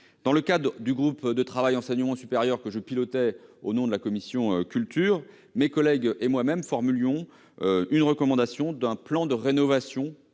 Dans le cadre du groupe de travail « Enseignement supérieur » que j'ai piloté au nom de la commission de la culture, mes collègues et moi-même avons recommandé un plan de rénovation